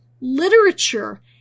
literature